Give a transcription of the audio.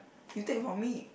you take from me